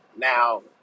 Now